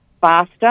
faster